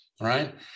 right